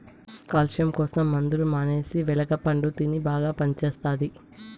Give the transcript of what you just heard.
calcium కోసం మందులు మానేసి వెలగ పండు తిను బాగా పనిచేస్తది